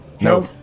No